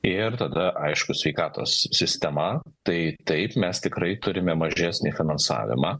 ir tada aišku sveikatos sistema tai taip mes tikrai turime mažesnį finansavimą